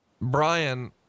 Brian